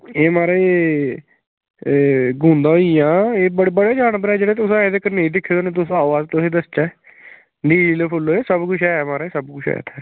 एह् म्हाराज ह् म्हाराज बड़े न तुसें नेईं दिक्खे दे तुस आओ ते तुसेंगी दस्सचै म्हाराज सबकुछ ऐ इत्थें सबकुछ ऐ